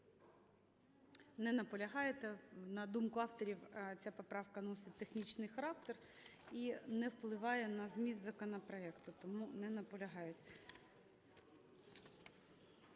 Не наполягаєте. На думку авторів, ця поправка носить технічний характер і не впливає на зміст законопроекту, тому не наполягають.